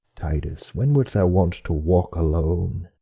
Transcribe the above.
titus, when wert thou wont to walk alone,